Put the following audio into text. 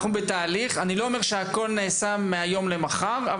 אני לא אומר שהכול נעשה מהיום למחר,